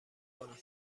کنم